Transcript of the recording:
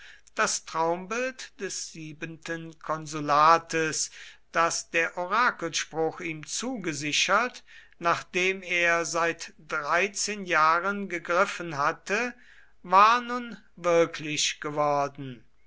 das traumbild des siebenten konsulates das der orakelspruch ihm zugesichert nach dem er seit dreizehn jahren gegriffen hatte war nun wirklich geworden